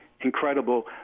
incredible